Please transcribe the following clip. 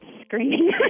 screaming